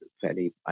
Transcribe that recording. fairly